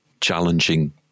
challenging